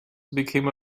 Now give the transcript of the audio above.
became